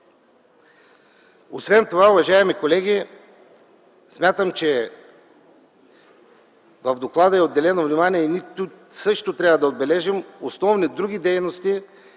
Освен това, уважаеми колеги, смятам, че в доклада е отделено внимание и ние тук също трябва да отбележим други основни дейности,